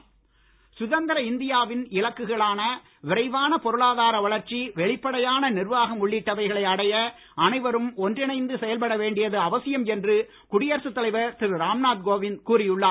குடியரசு தலைவர் சுதந்திர இந்தியாவின் இலக்குகளான விரைவான பொருளாதார வளர்ச்சி வெளிப்படையான நிர்வாகம் உள்ளிட்டவைகளை அடைய அனைவரும் ஒன்றிணைந்து செயல்பட வேண்டியது அவசியம் என்று குடியரசு தலைவர் திரு ராம்நாத் கோவிந்த் கூறி உள்ளார்